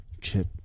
Chip